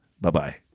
Bye-bye